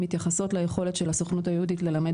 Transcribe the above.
מתייחסות ליכולת של הסוכנות היהודית ללמד